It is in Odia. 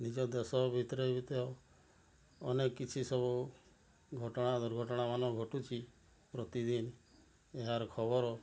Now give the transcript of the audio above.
ନିଜ ଦେଶ ଭିତରେ ଅନେକ କିଛି ସବୁ ଘଟଣା ଦୁର୍ଘଟଣା ମାନ ଘଟୁଛି ପ୍ରତିଦିନ ଏହାର ଖବର